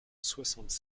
soixante